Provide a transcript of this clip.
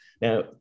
Now